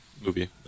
Movie